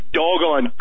doggone